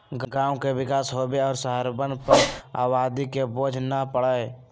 गांव के विकास होवे और शहरवन पर आबादी के बोझ न पड़ई